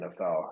NFL